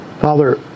Father